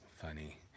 funny